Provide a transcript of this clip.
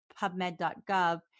pubmed.gov